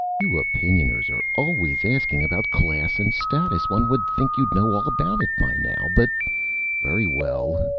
you opinioners are always asking about class and status. one would think you'd know all about it by now. but very well.